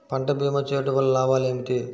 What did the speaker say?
పంట భీమా చేయుటవల్ల లాభాలు ఏమిటి?